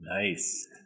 Nice